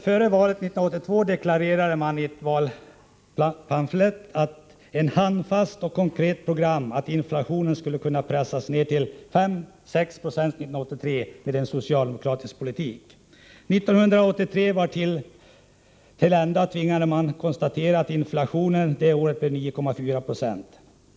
Före valet 1982 deklarerade man i en valpamflett att med ett handfast och konkret program skulle inflationen med en socialdemokratisk politik kunna pressas ned till 5-6 96 år 1983. När 1983 var till ända tvingades man konstatera att inflationen det året blev 9,4 20.